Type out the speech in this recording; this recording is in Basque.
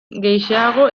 gehixeago